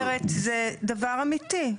מה שאני אומרת זה דבר אמיתי.